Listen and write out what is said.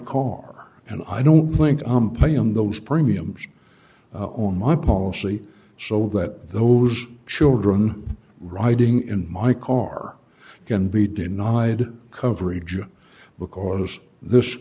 car and i don't think i'm paying on those premiums on my policy so that those children riding in my car can be denied coverage because this